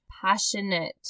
passionate